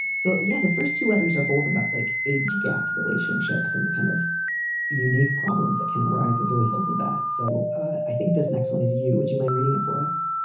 so, yeah, the first two letters are both about like age gap relationships and the kind of unique problems that can arise as a result of that. so i think this next one is you. would you mind reading it for us?